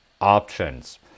options